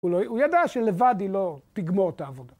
‫הוא ידע שלבד היא לא תגמור את העבודה.